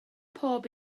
pob